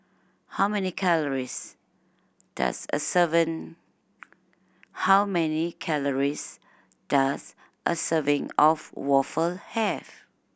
how many calories does a serving how many calories does a serving of waffle have